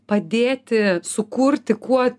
padėti sukurti kuo